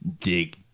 dig